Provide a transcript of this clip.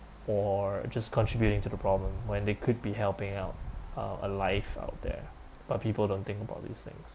or just contributing to the problem when they could be helping out uh a life out there but people don't think about these things